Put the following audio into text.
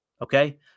Okay